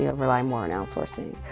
yeah rely more on outsourcing.